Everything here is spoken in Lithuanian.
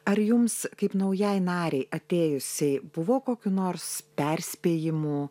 ar jums kaip naujai narei atėjusiai buvo kokių nors perspėjimų